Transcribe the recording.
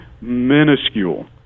minuscule